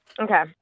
Okay